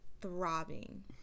throbbing